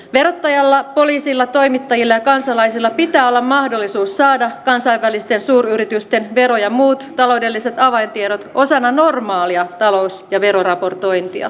verottajalla poliisilla toimittajilla ja kansalaisilla pitää olla mahdollisuus saada kansainvälisten suuryritysten vero ja muut taloudelliset avaintiedot osana normaalia talous ja veroraportointia